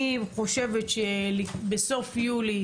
אני חושבת שבסוף יולי